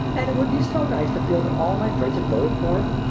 and it would be so nice to feel that all my friends had voted for him.